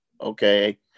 Okay